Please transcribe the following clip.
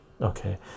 okay